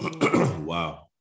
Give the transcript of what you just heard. wow